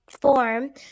form